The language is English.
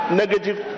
negative